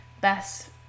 best